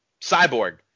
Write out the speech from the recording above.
Cyborg